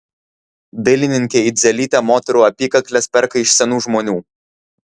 dailininkė idzelytė moterų apykakles perka iš senų žmonių